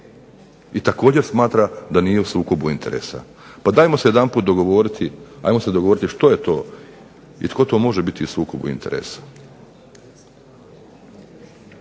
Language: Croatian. i također smatra da nije u sukobu interesa. Pa dajmo se jedanput dogovorit, ajmo se dogovoriti što je to i tko to može biti u sukobu interesa.